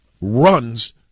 runs